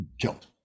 killed